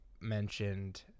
mentioned